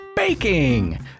Baking